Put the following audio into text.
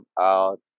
out